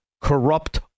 corrupt